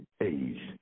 age